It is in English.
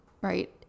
Right